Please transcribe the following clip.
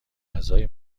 غذای